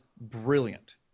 brilliant